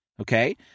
okay